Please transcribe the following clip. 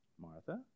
Martha